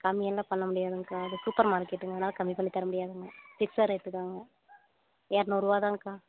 கம்மியெல்லாம் பண்ண முடியாதுங்க்கா இது சூப்பர் மார்கெட்டுங்க அதனால கம்மி பண்ணி தர முடியாதுங்க ஃபிக்ஸட் ரேட்டு தாங்க இரநூறுவா தாங்கக்கா